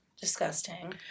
Disgusting